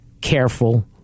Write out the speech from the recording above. careful